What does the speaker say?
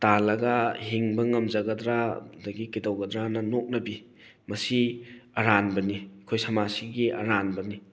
ꯇꯥꯜꯂꯒ ꯍꯤꯡꯕ ꯉꯝꯖꯒꯗ꯭ꯔ ꯑꯗꯒꯤ ꯀꯩꯗꯧꯒꯗ꯭ꯔꯅ ꯅꯣꯛꯅꯕꯤ ꯃꯁꯤ ꯑꯔꯥꯟꯕꯅꯤ ꯑꯩꯈꯣꯏ ꯁꯃꯥꯖꯁꯤꯒꯤ ꯑꯔꯥꯟꯅꯕꯤ